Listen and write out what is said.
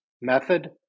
method